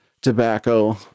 tobacco